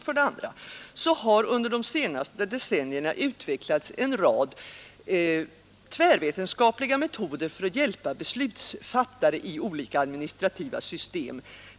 För det andra har under de senaste decennierna utvecklats en rad tvärvetenskapliga metoder för att hjälpa beslutsfattare i olika administrativa system.